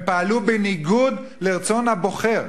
הם פעלו בניגוד לרצון הבוחר,